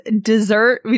dessert